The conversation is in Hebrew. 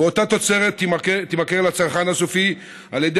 ואותה תוצרת תימכר לצרכן הסופי על ידי